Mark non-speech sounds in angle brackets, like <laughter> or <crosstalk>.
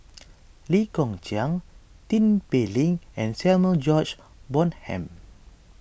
<noise> Lee Kong Chian Tin Pei Ling and Samuel George Bonham